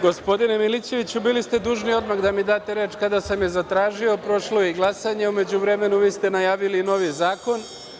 Gospodine Milićeviću, bili ste dužni odmah da mi date reč kada sam je zatražio, prošlo je i glasanje u međuvremenu vi ste najavili novi zakon.